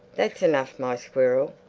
that's enough, my squirrel!